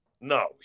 No